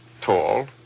tall